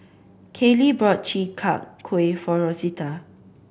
Kayli bought Chi Kak Kuih for Rosita